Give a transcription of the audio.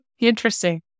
Interesting